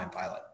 pilot